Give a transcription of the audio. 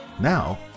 Now